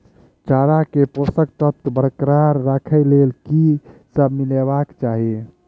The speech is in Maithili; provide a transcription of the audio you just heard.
चारा मे पोसक तत्व बरकरार राखै लेल की सब मिलेबाक चाहि?